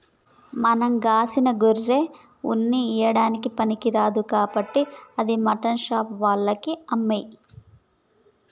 గా సిన్న గొర్రె ఉన్ని ఇయ్యడానికి పనికిరాదు కాబట్టి అది మాటన్ షాప్ ఆళ్లకి అమ్మేయి